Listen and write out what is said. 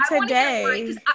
today